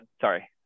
sorry